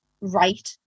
right